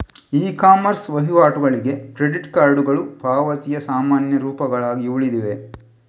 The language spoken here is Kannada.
ಇ ಕಾಮರ್ಸ್ ವಹಿವಾಟುಗಳಿಗೆ ಕ್ರೆಡಿಟ್ ಕಾರ್ಡುಗಳು ಪಾವತಿಯ ಸಾಮಾನ್ಯ ರೂಪಗಳಾಗಿ ಉಳಿದಿವೆ